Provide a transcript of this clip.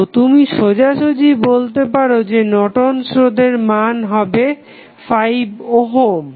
তো তুমি সোজাসুজি বলতে পারো যে নর্টন'স রোধের Nortons resistance মান হবে 5 ওহম